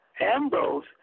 Ambrose